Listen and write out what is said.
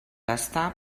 gastar